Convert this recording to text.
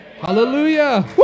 Hallelujah